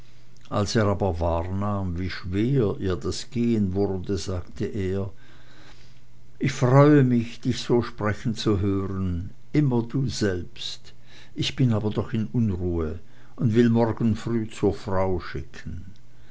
als er aber wahrnahm wie schwer ihr das gehen wurde sagte er ich freue mich dich so sprechen zu hören immer du selbst ich bin aber doch in unruhe und will morgen früh zur frau schicken